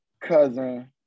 cousin